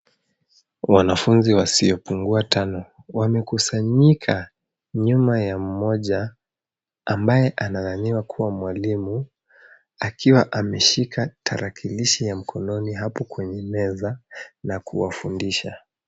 Wanafunzi wasiopungua tano wamekusanyika nyuma ya mmoja ambaye anadhaniwa kuwa mwalimu akiwa ameshika tarakilishi ya mkononi hapo kwenye meza na kuwafundisha.